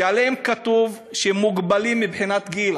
שכתוב על גביהם שהם מוגבלים מבחינת גיל,